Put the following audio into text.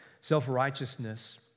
self-righteousness